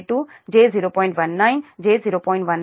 19 j 0